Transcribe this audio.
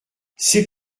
c’est